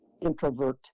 introvert